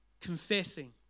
confessing